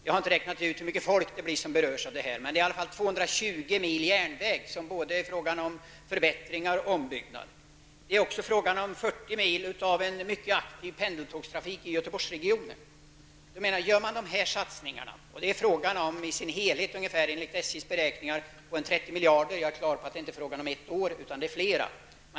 Jag har inte räknat ut hur många människor som berörs av detta, men det handlar om 220 mil järnväg, som är i behov av förbättringar och ombyggnad. I Göteborgsregionen rör det sig om 40 mils mycket aktiv pendeltågstrafik. Enligt SJ är det i sin helhet fråga om 30 miljarder kronor under flera år.